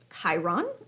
Chiron